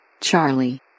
Charlie